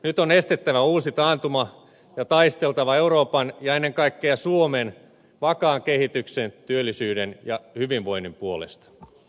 nyt on estettävä uusi taantuma ja taisteltava euroopan ja ennen kaikkea suomen vakaan kehityksen työllisyyden ja hyvinvoinnin puolesta